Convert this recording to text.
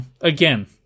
again